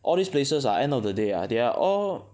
all these places ah end of the day ah they are all